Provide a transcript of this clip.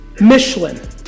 Michelin